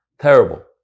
Terrible